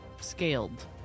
scaled